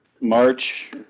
March